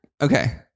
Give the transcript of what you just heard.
Okay